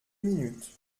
minutes